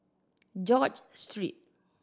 George Street